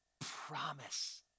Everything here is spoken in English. promise